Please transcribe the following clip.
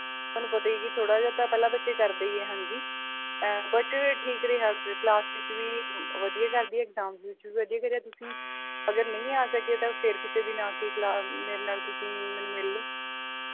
ਤੁਹਾਨੂੰ ਪਤਾ ਹੀ ਹੈ ਕਿ ਥੋੜ੍ਹਾ ਜਿਹਾ ਤਾਂ ਪਹਿਲਾਂ ਬੱਚੇ ਕਰਦੇ ਹੀ ਹੈ ਹਾਂਜੀ ਬਟ ਠੀਕ ਰਿਹਾ ਕਲਾਸ ਵਿੱਚ ਵੀ ਵਧੀਆ ਕਰਦੀ ਹੈ ਇਗਜਾਮਜ਼ਸ ਵਿੱਚ ਵੀ ਵਧੀਆ ਕਰਿਆ ਤੁਸੀਂ ਅਗਰ ਨਹੀਂ ਆ ਸਕੇ ਤਾਂ ਫਿਰ ਕਿਸੇ ਦਿਨ ਆ ਕੇ ਕਲਾ ਮੇਰੇ ਨਾਲ਼ ਤੁਸੀਂ ਮੈਨੂੰ ਮਿਲ ਲਓ